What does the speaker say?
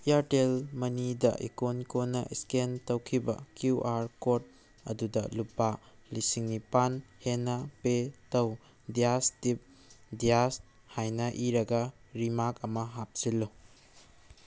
ꯏꯌꯔꯇꯦꯜ ꯃꯅꯤꯗ ꯏꯀꯣꯟ ꯀꯣꯟꯅ ꯏꯁꯀꯦꯟ ꯇꯧꯈꯤꯕ ꯀ꯭ꯋꯨ ꯑꯥꯔ ꯀꯣꯗ ꯑꯗꯨꯗ ꯂꯨꯄꯥ ꯂꯤꯁꯤꯡ ꯅꯤꯄꯥꯜ ꯍꯦꯟꯅ ꯄꯦ ꯇꯧ ꯗ꯭ꯌꯥꯁ ꯇꯤꯞ ꯗ꯭ꯌꯥꯁ ꯍꯥꯏꯅ ꯏꯔꯒ ꯔꯤꯃꯥꯛ ꯑꯃ ꯍꯥꯞꯆꯤꯜꯂꯨ